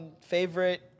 Favorite